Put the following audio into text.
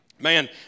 Man